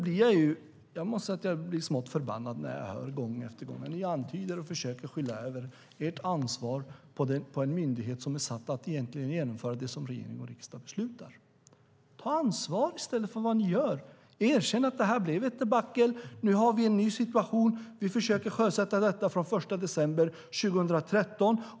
Jag måste säga att jag blir smått förbannad när jag gång efter gång hör er göra antydningar och försöka skjuta över ert ansvar på en myndighet som är satt att egentligen genomföra det som regering och riksdag beslutat. Ta i stället ansvar för det ni gör och erkänn att det blev ett debacle och säg: Nu har vi en ny situation. Vi försöker sjösätta detta, att gälla från den 1 december 2013.